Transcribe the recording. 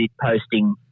posting